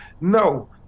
No